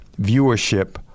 viewership